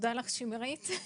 תודה שמרית.